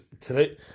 today